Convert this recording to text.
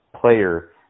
player